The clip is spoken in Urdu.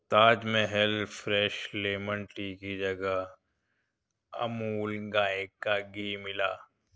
تاج محل فریش لیمن ٹی کی جگہ امول گائے کا گھی ملا